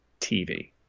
tv